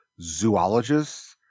zoologists